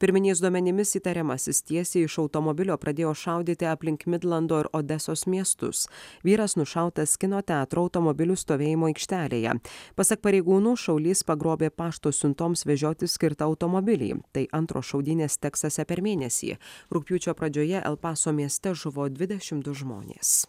pirminiais duomenimis įtariamasis tiesiai iš automobilio pradėjo šaudyti aplink midlando ir odesos miestus vyras nušautas kino teatro automobilių stovėjimo aikštelėje pasak pareigūnų šaulys pagrobė pašto siuntoms vežioti skirtą automobilį tai antros šaudynės teksase per mėnesį rugpjūčio pradžioje el paso mieste žuvo dvidešim du žmonės